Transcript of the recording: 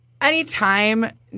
Anytime